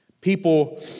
People